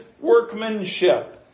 workmanship